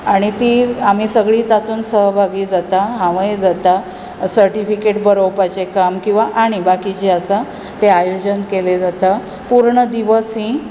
आनी ती आमी सगळी तातूंत सहभागी जाता हांवय जाता सर्टिफिकेट बरोवपाचें किंवा आनी बाकी जें आसा तें आयोजन केलें जाता पुर्ण दिवस ही